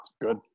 good